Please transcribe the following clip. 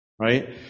Right